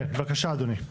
כן, בבקשה אדוני.